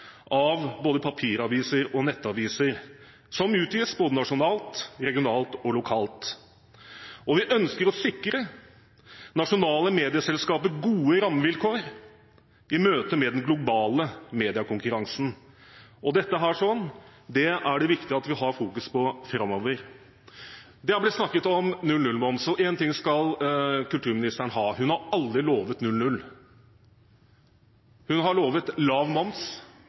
av både papiraviser og nettaviser, som utgis både nasjonalt, regionalt og lokalt, og vi ønsker å sikre nasjonale medieselskaper gode rammevilkår i møte med den globale mediekonkurransen. Dette er det viktig at vi har fokus på framover. Det har blitt snakket om 0–0-moms, og én ting skal kulturministeren ha: Hun har aldri lovet 0–0. Hun har lovet lav